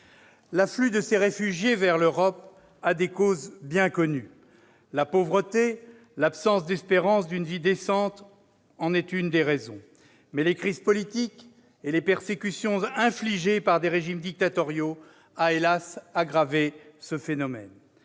L'afflux des réfugiés vers l'Europe a des causes bien connues : la pauvreté et l'absence d'espérance d'une vie décente en sont l'une des raisons. Mais les crises politiques et les persécutions infligées par des régimes dictatoriaux ont, hélas, aggravé ce phénomène.